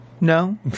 No